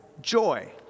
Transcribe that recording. joy